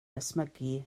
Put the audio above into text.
ysmygu